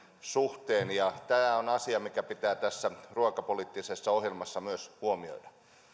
suhteen tämä on asia mikä pitää tässä ruokapoliittisessa ohjelmassa myös huomioida